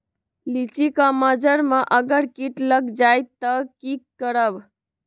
लिचि क मजर म अगर किट लग जाई त की करब?